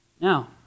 Now